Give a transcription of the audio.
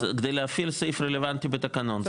כדי להפעיל סעיף רלוונטי בתקנון.